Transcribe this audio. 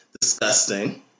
disgusting